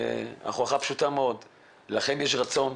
--- לכם יש רצון,